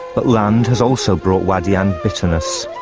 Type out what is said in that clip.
but land has also brought wadyan bitterness